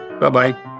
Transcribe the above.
Bye-bye